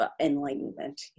enlightenment